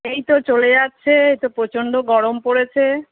এই তো চলে যাচ্ছে এই তো প্রচন্ড গরম পড়েছে